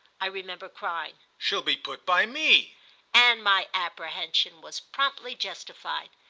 i remember crying, she'll be put by me and my apprehension was promptly justified.